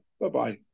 Bye-bye